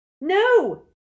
No